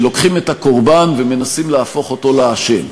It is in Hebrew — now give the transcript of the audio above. שלוקחים את הקורבן ומנסים להפוך אותו לאשם,